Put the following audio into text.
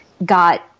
got